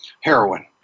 Heroin